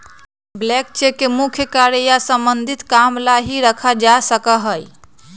blank cheque के मुख्य कार्य या सम्बन्धित काम ला ही रखा जा सका हई